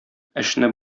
эшне